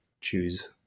choose